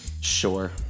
Sure